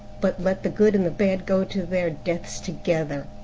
but let the good and the bad go to their deaths together.